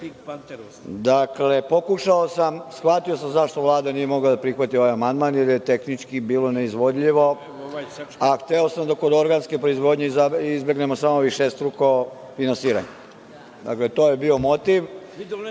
s leđa. Shvatio sam zašto Vlada nije mogla da prihvati ovaj amandman jer je tehnički bilo neizvodljivo, a hteo sam da kod organske proizvodnje izbegnemo samo višestruko finansiranje. Dakle, to je bio motiv,